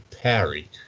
parry